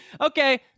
Okay